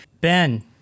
Ben